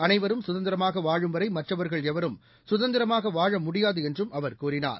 அனைவரும் சுதந்திரமாகவாழும் வரைமற்றவர்கள் எவரும் சுதந்திரமாகவாழமுடியாதுஎன்றும் அவர் கூறினார்